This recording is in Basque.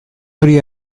hori